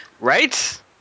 Right